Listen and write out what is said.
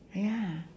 ya